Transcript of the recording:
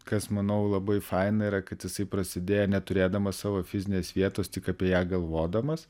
kas manau labai faina yra kad jisai prasidėjo neturėdamas savo fizinės vietos tik apie ją galvodamas